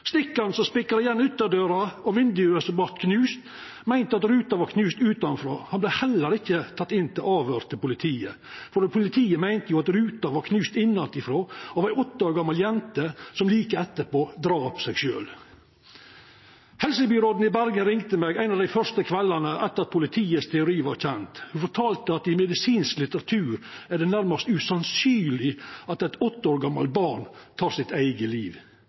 som spikra igjen ytterdøra og vindauget som vart knust, meinte at ruta var knust utanfrå. Han vart heller ikkje teken inn til avhøyr til politiet, for politiet meinte jo at ruta var knust innanfrå av ei åtte år gamal jente som like etterpå drap seg sjølv. Helsebyråden i Bergen ringde meg ein av dei fyrste kveldane etter at politiets teori vart kjend og fortalde at i medisinsk litteratur er det nærast usannsynleg at eit åtte år gamalt barn tek sitt eige liv.